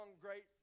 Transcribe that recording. great